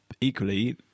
Equally